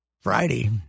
Friday